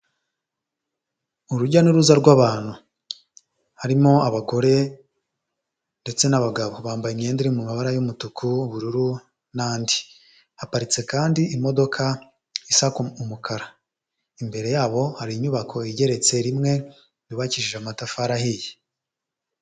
Urujya n'uruza rw'abantu, harimo abagore ndetse n'abagabo, bambaye imyenda iri mu mabara y'umutuku, ubururu n'andi, haparitse kandi imodoka isa ku umukara imbere yabo hari inyubako igeretse rimwe yubakishije amatafari ahiye.